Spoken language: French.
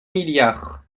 milliards